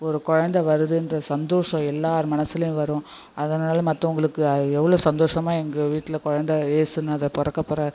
ஒரு கொழந்தை வருதுன்ற சந்தோஷம் எல்லோர் மனதுலயும் வரும் அதனாலே மற்றவங்களுக்கு எவ்வளவு சந்தோஷமாக எங்கள் வீட்டில் கொழந்தை ஏசுநாதர் பிறக்கப் போகிறார்